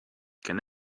can